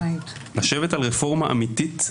לשבת על רפורמה אמיתית,